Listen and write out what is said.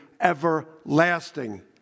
everlasting